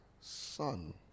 son